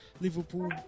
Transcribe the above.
Liverpool